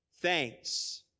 Thanks